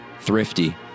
thrifty